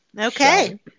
Okay